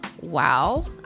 Wow